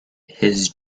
his